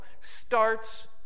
starts